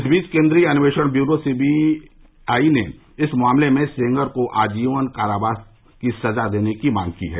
इस बीच केन्द्रीय अन्वेषण व्यूरो सीबीआई ने इस मामले में सेंगर को आजीवन कारावास की सजा की मांग की है